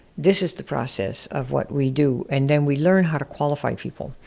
this is the process of what we do. and then we learn how to qualify people.